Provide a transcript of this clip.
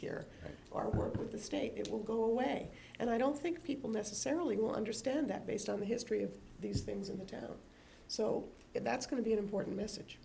here our work with the state it will go away and i don't think people necessarily wonder stand that based on the history of these things in the town so that's going to be an important message